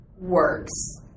works